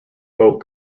boat